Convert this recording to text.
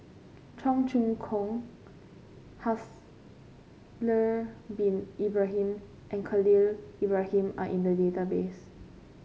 Cheong Choong Kong Haslir Bin Ibrahim and Khalil Ibrahim are in the database